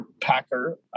packer